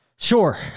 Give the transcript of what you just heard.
Sure